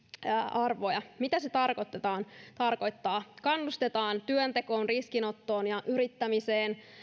arvoja mitä se tarkoittaa kannustetaan työntekoon riskinottoon yrittämiseen